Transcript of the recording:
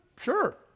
Sure